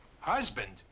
Husband